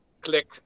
Click